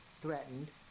threatened